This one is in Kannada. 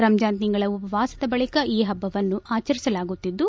ರಂಜಾನ್ ತಿಂಗಳ ಉಪವಾಸದ ಬಳಿಕ ಈ ಪಭ್ಯವನ್ನು ಆಚರಿಸಲಾಗುತ್ತಿದ್ದು